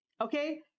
okay